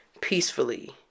Peacefully